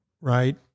Right